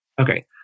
Okay